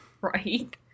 Right